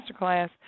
masterclass